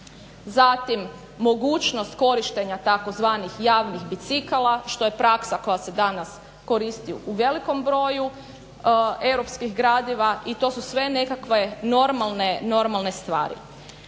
zatim mogućnost korištenja tzv. javnih bicikala što je praksa koja se danas koristi u velikom broju europskih gradova i to su sve nekakve normalne stvari.